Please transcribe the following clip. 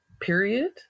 period